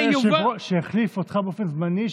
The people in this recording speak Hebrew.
שהחליף אותך באופן זמני,